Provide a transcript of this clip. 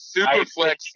Superflex